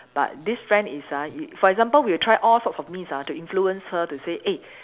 but this friend is ah you for example we'll try all sorts of means ah to influence her to say eh